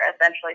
essentially